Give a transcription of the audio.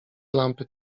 lampy